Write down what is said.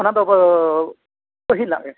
ᱚᱱᱟ ᱫᱚ ᱯᱟᱹᱦᱤᱞᱟᱜ ᱜᱮ